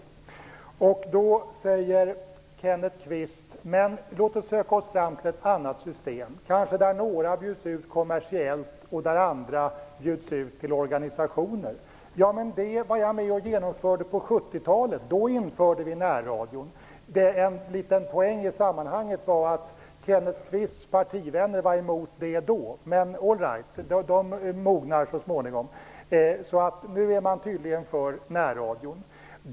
Kenneth Kvist säger att vi bör söka oss fram till ett annat system, kanske där några kanaler bjuds ut kommersiellt och andra till organisationer. Detta var jag med om att genomföra på 70-talet. Då införde vi närradion. En liten poäng i sammanhanget var att Kenneth Kvists partivänner var emot det då, men man har tydligen så småningom mognat på denna punkt och är nu för närradion.